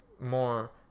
more